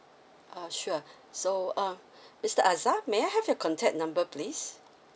uh sure so um mister azar may I have your contact number please